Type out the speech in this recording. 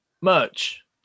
merch